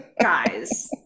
Guys